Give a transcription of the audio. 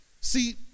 See